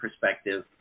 perspective